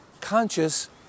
conscious